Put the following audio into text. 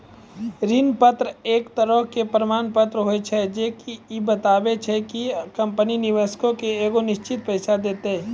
ऋण पत्र एक तरहो के प्रमाण पत्र होय छै जे की इ बताबै छै कि कंपनी निवेशको के एगो निश्चित पैसा देतै